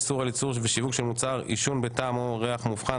איסור על ייצור ושיווק של מוצר עישון בטעם או בריח מובחן),